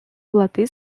плати